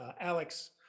Alex